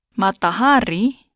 Matahari